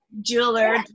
jeweler